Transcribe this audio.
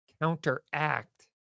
counteract